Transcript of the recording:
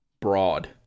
broad